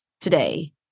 today